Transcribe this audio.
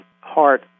heart